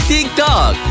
TikTok